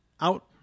out